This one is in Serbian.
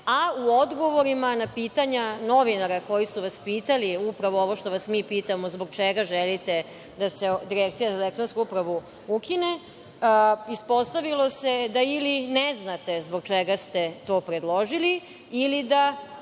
a u odgovorima na pitanja novinara koji su vas pitali upravo ovo što vas mi pitamo zbog čega želite da se Direkcija za elektronsku upravu ukine, ispostavilo se da ili ne znate zbog čega ste to predložili, ili da